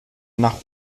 nach